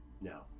no